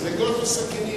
פופולרי.